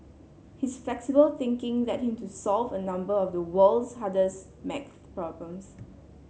his flexible thinking led him to solve a number of the world's hardest maths problems